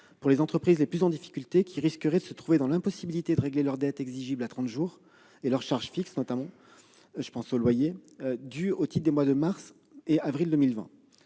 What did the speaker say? aux entreprises les plus en difficulté qui risqueraient de se trouver dans l'impossibilité de régler leurs dettes exigibles à trente jours, notamment leurs charges fixes telles que les loyers, dues au titre des mois de mars et d'avril 2020.